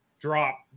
Drop